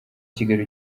kigali